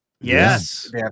Yes